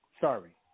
Sorry